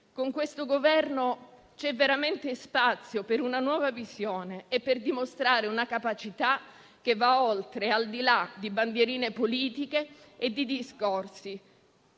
Con questo Governo c'è veramente spazio per una nuova visione e per dimostrare una capacità che va oltre, al di là di bandierine politiche e di discorsi,